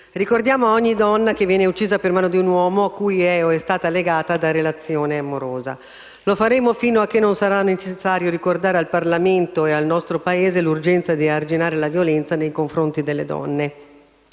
ricordiamo ogni donna che viene uccisa per mano di un uomo a cui è o è stata legata da relazione amorosa. Lo faremo fino a che sarà necessario ricordare al Parlamento e al nostro Paese l'urgenza di arginare la violenza nei confronti delle donne.